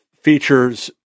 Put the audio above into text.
features